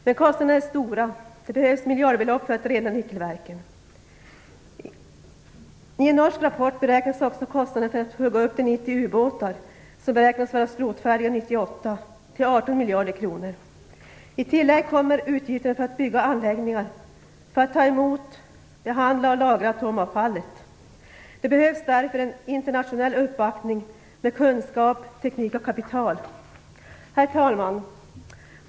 Men kostnaderna är stora. Det behövs miljardbelopp för att rena nickelverken. I en norsk rapport beräknas också kostnaden för att hugga upp de 90 ubåtar som beräknas vara skrotfärdiga 1998 till 18 miljarder kronor. I tillägg kommer utgifterna för att bygga anläggningar för att ta emot, behandla och lagra atomavfallet. Det behövs därför en internationell uppbackning med kunskap, teknik och kapital. Herr talman!